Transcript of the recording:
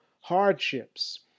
hardships